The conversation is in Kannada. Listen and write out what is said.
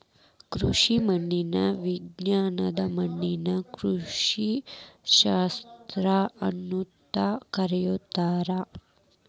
ಕೃಷಿ ಮಣ್ಣಿನ ವಿಜ್ಞಾನಕ್ಕ ಮಣ್ಣಿನ ಕೃಷಿಶಾಸ್ತ್ರ ಅಂತಾನೂ ಕರೇತಾರ